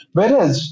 Whereas